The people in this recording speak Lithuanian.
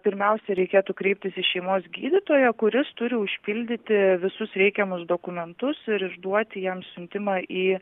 pirmiausia reikėtų kreiptis į šeimos gydytoją kuris turi užpildyti visus reikiamus dokumentus ir išduoti jam siuntimą į